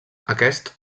aquest